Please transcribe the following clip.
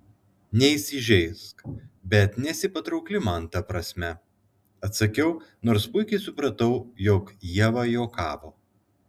neįsižeisk bet nesi patraukli man ta prasme atsakiau nors puikiai supratau jog ieva juokavo